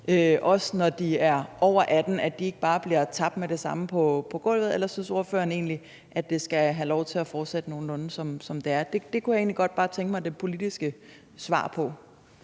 også når de er over 18 år, så de altså ikke bare med det samme bliver tabt på gulvet? Eller synes ordføreren egentlig, at det skal have lov til at fortsætte nogenlunde, som det er? Det kunne jeg egentlig godt bare tænke mig det politiske svar på.